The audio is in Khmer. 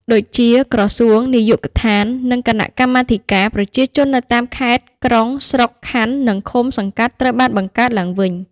ដូចជា ក្រសួង នាយកដ្ឋាន និងគណៈកម្មាធិការប្រជាជននៅតាមខេត្ត-ក្រុង ស្រុក-ខណ្ឌ និងឃុំ-សង្កាត់ ត្រូវបានបង្កើតឡើងវិញ។